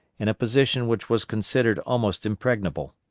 in a position which was considered almost impregnable.